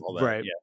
Right